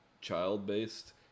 child-based